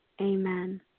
Amen